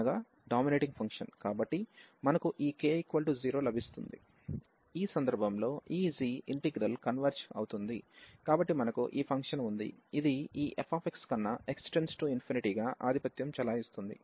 ఈ సందర్భంలో ఈ g ఇంటిగ్రల్ కన్వెర్జ్ అవుతుంది కాబట్టి మనకు ఈ ఫంక్షన్ ఉంది ఇది ఈ fx కన్నా x→∞ గా ఆధిపత్యం చెలాయిస్తుంది